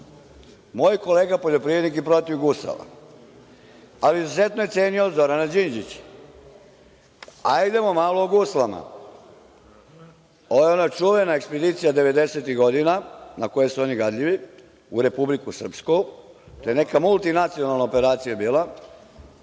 Moj kolega poljoprivrednik je protiv gusala, ali izuzetno je cenio Zorana Đinđića. Hajdemo malo o guslama, ona čuvena ekspedicija 90-ih godina, na koju su oni gadljivi, u Republiku Srpsku, to je bila neka multinacionalna operacija, molim